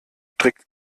strikt